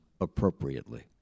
appropriately